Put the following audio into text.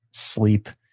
sleep,